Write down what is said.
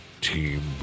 team